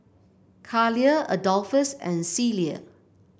Caleigh Adolphus and Celie